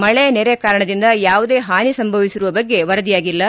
ಮಳೆ ನೆರೆ ಕಾರಣದಿಂದ ಯಾವುದೇ ಹಾನಿ ಸಂಭವಿಸಿರುವ ಬಗ್ಗೆ ವರದಿಯಾಗಿಲ್ಲ